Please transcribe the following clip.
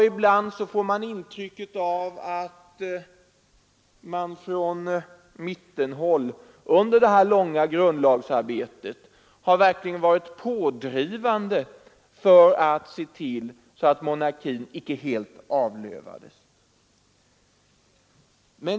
Ibland blir intrycket att man från mittenhåll under det långa grundlagsarbetet verkligen har varit pådrivande för att se till att monarkins ställning icke helt avlövas.